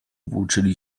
włóczyli